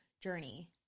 journey